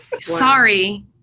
Sorry